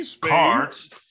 cards